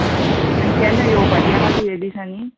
आं आनी केन्ना येवपाचें आहा तूं ये दिसांनी